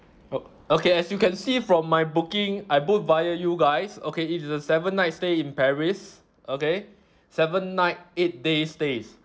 oh okay as you can see from my booking I booked via you guys okay it's a seven night stay in paris okay seven night eight days stays